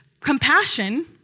compassion